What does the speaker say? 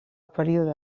període